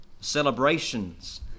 celebrations